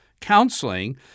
counseling